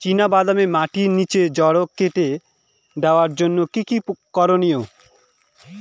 চিনা বাদামে মাটির নিচে জড় কেটে দেওয়ার জন্য কি কী করনীয়?